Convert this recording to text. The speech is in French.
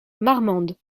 marmande